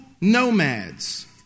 nomads